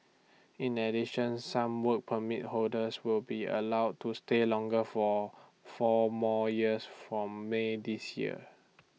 in addition some Work Permit holders will be allowed to stay longer for four more years from may this year